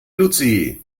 luzi